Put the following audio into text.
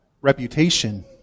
reputation